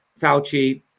Fauci